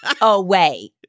away